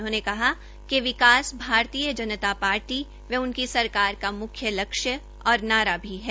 उन्होंने कहा कि विकास भारतीय जनता पार्टी व उनकी सरकार का मुख्य लक्ष्य और नारा भी है